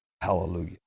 Hallelujah